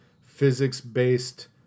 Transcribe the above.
physics-based